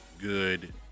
good